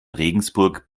regensburg